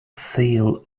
feel